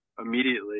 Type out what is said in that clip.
immediately